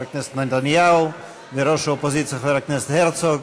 הכנסת נתניהו ושל ראש האופוזיציה חבר הכנסת הרצוג.